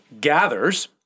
gathers